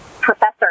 professor